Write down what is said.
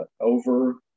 over